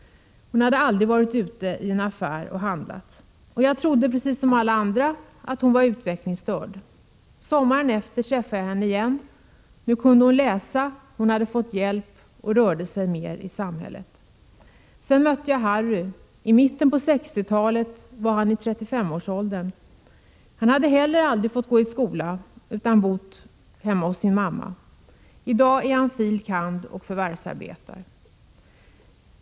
Hon hade aldrig varit ute i en affär och handlat. Jag trodde, precis som alla andra, att hon var utvecklingsstörd. Sommaren därpå träffade jag henne igen. Nu kunde hon läsa. Hon hade fått hjälp och rörde sig mer i samhället. Sedan mötte jag Harry. I mitten på 1960-talet var han i 35-årsåldern. Han hade heller aldrig fått gå i skola. Han hade bott hemma hos sin mamma. I dag är han fil. kand. och förvärsarbetar.